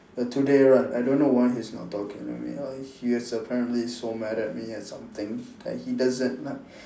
but today right I don't know why he's not talking to me like he is apparently so mad at me at something that he doesn't like